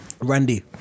Randy